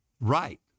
Right